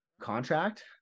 contract